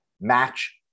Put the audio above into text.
match